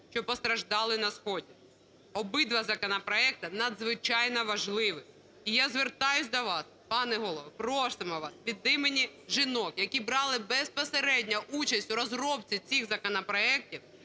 що постраждали на сході. Обидва законопроекти надзвичайно важливі. І я звертаюся до вас, пане Голово, просимо вас від імені жінок, які брали безпосередньо участь у розробці цих законопроектів,